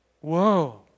Whoa